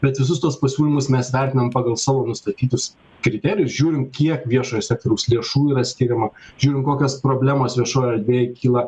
bet visus tuos pasiūlymus mes vertinam pagal savo nustatytus kriterijus žiūrim kiek viešojo sektoriaus lėšų yra skiriama žiūrim kokios problemos viešojoj erdvėj kyla